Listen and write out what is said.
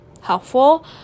helpful